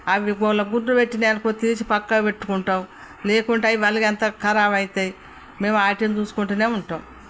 అవి కోళ్ళ గుడ్డు పెట్టినాయ్ అనుకో తీసి పక్కకు పెట్టుకుంటాం లేకుంటే అయి మళ్లీ అంతా ఖరాబు అవుతాయి మేం వాటిని చూసుకుంటూనే ఉంటాం